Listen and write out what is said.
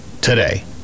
today